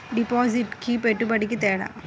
డిపాజిట్కి పెట్టుబడికి తేడా?